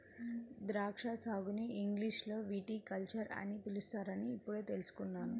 ద్రాక్షా సాగుని ఇంగ్లీషులో విటికల్చర్ అని పిలుస్తారని ఇప్పుడే తెల్సుకున్నాను